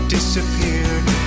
Disappeared